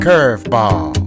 Curveball